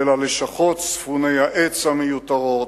על הלשכות ספונות העץ המיותרות,